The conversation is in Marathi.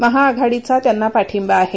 महाआघाडीचा त्यांना पाठिंबा आहे